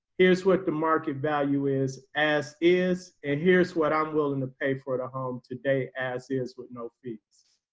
here's what the market value is, as is, and here's what i'm willing to pay for it a home today as is with no fees.